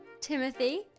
timothy